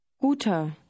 Guter